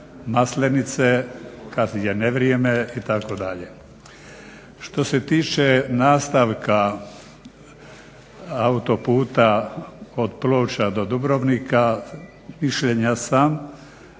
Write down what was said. Maslenice kad je nevrijeme itd. Što se tiče nastavka autoputa od Ploča do Dubrovnika mišljenja sam